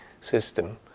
system